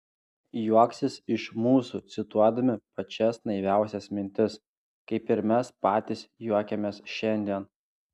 juoksis iš mūsų cituodami pačias naiviausias mintis kaip ir mes patys juokiamės šiandien